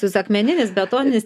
jus akmeninis betoninis